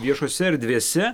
viešose erdvėse